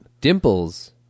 dimples